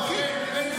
צוחקים.